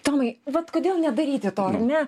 tomai vat kodėl nedaryti to ar ne